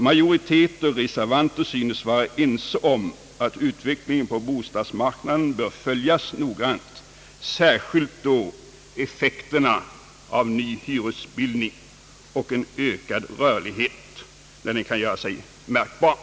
Majoritet och reservanter synes vara ense om att utvecklingen på bostadsmarknaden bör följas noga, särskilt effekten av en ny hyresbildning och en ökad rörlighet, när den börjar göra sig märkbar.